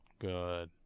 Good